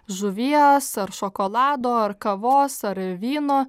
žuvies ar šokolado ar kavos ar vyno